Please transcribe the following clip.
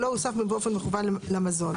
שלא הוסף באופן מכוון למזון,